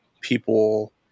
people